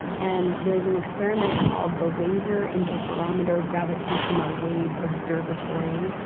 and there's an experiment called the laser interferometer gravitational wave observatory.